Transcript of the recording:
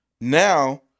Now